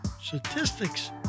statistics